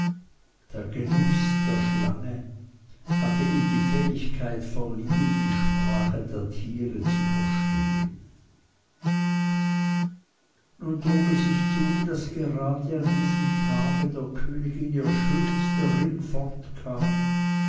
der genuß der schlange hatte ihm die fähigkeit verliehen die sprache der tiere zu verstehen nun trug es sich zu daß gerade an diesem tage der königin ihr schönster ring fortkam